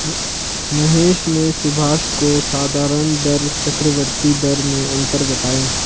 महेश ने सुभाष को साधारण दर चक्रवर्ती दर में अंतर बताएं